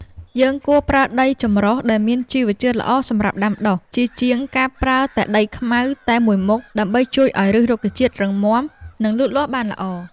យើងគួរប្រើដីចម្រុះដែលមានជីវជាតិល្អសម្រាប់ដាំដុះ ជាជាងការប្រើតែដីខ្មៅតែមួយមុខ ដើម្បីជួយឱ្យឫសរុក្ខជាតិរឹងមាំ និង លូតលាស់បានល្អ។